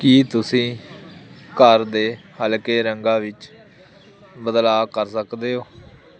ਕੀ ਤੁਸੀਂ ਘਰ ਦੇ ਹਲਕੇ ਰੰਗਾਂ ਵਿੱਚ ਬਦਲਾਅ ਕਰ ਸਕਦੇ ਹੋ